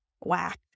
whack